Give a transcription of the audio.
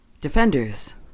Defenders